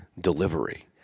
delivery